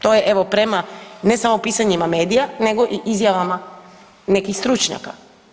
To je evo prema ne samo pisanjima medijima nego i izjavama nekih stručnjaka.